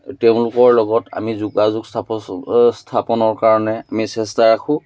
তেওঁলোকৰ লগত আমি যোগাযোগ স্থাপ স্থাপনৰ কাৰণে আমি চেষ্টা ৰাখোঁ